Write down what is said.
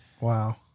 wow